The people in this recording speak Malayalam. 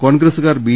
കോൺഗ്രസുകാർ ബി